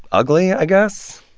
ugly, i guess?